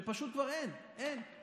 שפשוט כבר אין, אין.